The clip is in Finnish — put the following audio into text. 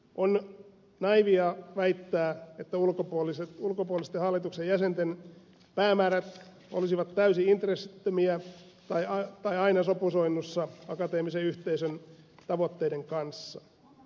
on naiivia väittää että ulkopuolisten hallituksen jäsenten päämäärät olisivat täysin intressittömiä tai aina sopusoinnussa akateemisen yhteisön tavoitteiden kanssa